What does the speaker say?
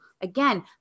Again